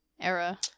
era